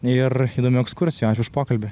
ir įdomių ekskursijų ačiū už pokalbį